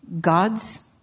God's